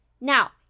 Now